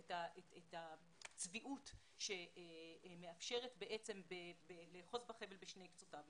את הצביעות שמאפשרת לאחוז בחבל משני קצותיו,